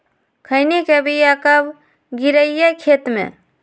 खैनी के बिया कब गिराइये खेत मे?